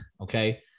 Okay